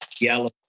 yellow